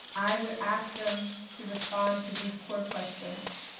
i would ask them to respond to these core questions.